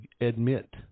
admit